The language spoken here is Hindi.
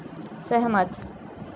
सहमत